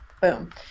Boom